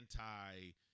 anti